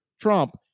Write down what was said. Trump